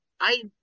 I-